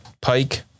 Pike